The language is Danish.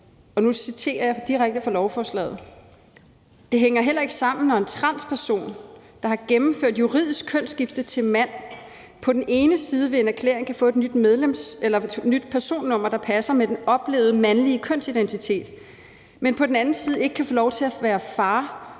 og nu citerer direkte fra lovforslaget: »Det hænger heller ikke sammen, når en transperson, der har gennemført juridisk kønsskifte til mand, på den ene side ved en erklæring kan få et nyt personnummer, der passer med den oplevede mandlige kønsidentitet, men på den anden side ikke kan få lov at være far for